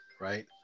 right